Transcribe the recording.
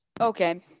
Okay